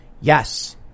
Yes